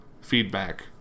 feedback